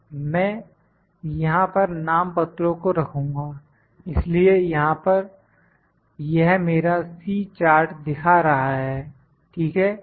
मैं यहां पर नाम पत्रों को रखूंगा इसलिए यहां पर यह मेरा C चार्ट दिखा रहा है ठीक है